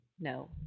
No